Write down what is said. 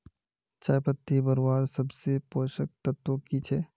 चयपत्ति बढ़वार सबसे पोषक तत्व की छे?